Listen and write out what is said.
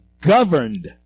governed